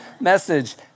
message